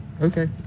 okay